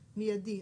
מיידי.